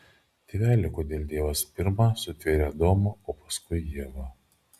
tėveli kodėl dievas pirma sutvėrė adomą o paskui ievą